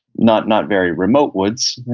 not not very remote woods,